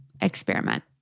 experiment